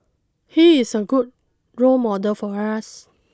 he's a good role model for us